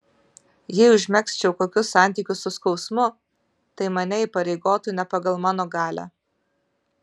jei užmegzčiau kokius santykius su skausmu tai mane įpareigotų ne pagal mano galią